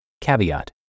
Caveat